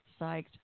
psyched